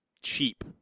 cheap